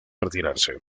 retirarse